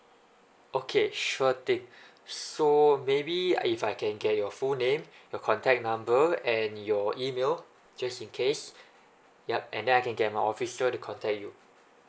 okay sure thing so maybe uh if I can get your full name your contact number and your email just in case yup and then I can get my officer to contact you